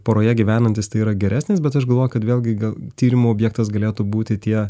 poroje gyvenantis tai yra geresnis bet aš galvoju kad vėlgi gal tyrimų objektas galėtų būti tie